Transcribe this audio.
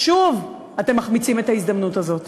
שוב אתם מחמיצים את ההזדמנות הזאת.